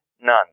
none